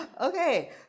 Okay